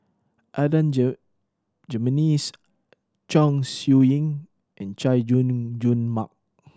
Adan Jimenez Chong Siew Ying and Chay Jung Jun Mark